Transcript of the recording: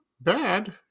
bad